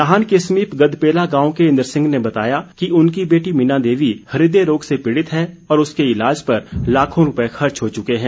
नाहन के समीप गदपेला गांव के इंद्र सिंह ने बताया कि उनकी बेटी मीना देवी हृदय रोग से पीड़ित है और उसके इलाज पर लाखों रूपए खर्च हो चुके हैं